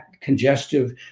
congestive